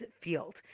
field